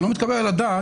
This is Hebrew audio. זה לא מתקבל על הדעת,